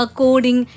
coding